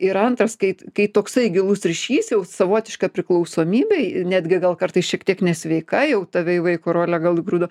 yra antras kai kai toksai gilus ryšys jau savotiška priklausomybė netgi gal kartais šiek tiek nesveika jau tave į vaiko rolę gal įgrūdo